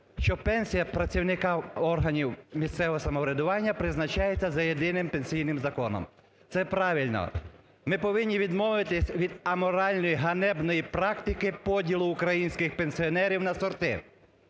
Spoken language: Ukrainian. що пенсія працівників органів місцевого самоврядування призначається за єдиним пенсійним законом – це правильно. Ми повинні відмовитись від аморальної, ганебної практики поділу українських пенсіонерів на сорти.